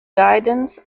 guidance